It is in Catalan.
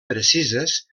precises